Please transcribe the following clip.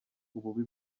ububi